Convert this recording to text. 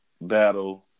battle